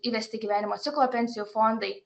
įvesti gyvenimo ciklo pensijų fondai